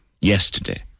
yesterday